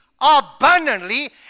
abundantly